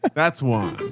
that's why